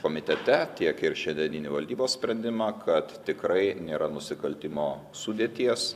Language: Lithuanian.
komitete tiek ir šiandieninį valdybos sprendimą kad tikrai nėra nusikaltimo sudėties